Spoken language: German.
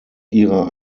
ihrer